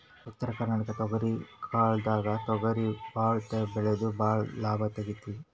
ಉತ್ತರ ಕರ್ನಾಟಕ ಹೊಲ್ಗೊಳ್ದಾಗ್ ತೊಗರಿ ಭಾಳ್ ಬೆಳೆದು ಭಾಳ್ ಲಾಭ ತೆಗಿತೀವಿ